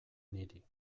niri